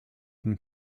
than